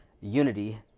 unity